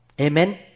Amen